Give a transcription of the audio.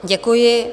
Děkuji.